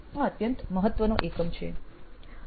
આ અત્યંત મહત્વનો એકમ છે